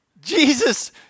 Jesus